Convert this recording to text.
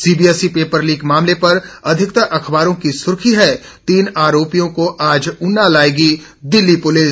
CBSE paper leak मामले पर अधिकतर अखबारों की सुर्खी है तीन आरोपियों को आज ऊना लाएगी दिल्ली पुलिस